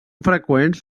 freqüents